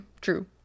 true